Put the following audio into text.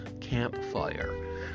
campfire